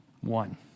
one